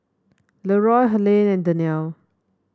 Leeroy Helaine and Daniele